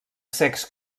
secs